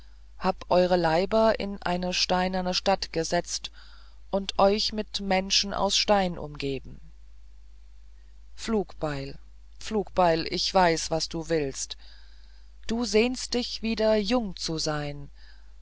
hab eure leiber in eine steinerne stadt gesetzt und euch mit menschen aus stein umgeben flugbeil flugbeil ich weiß was du willst du sehnst dich wieder jung zu sein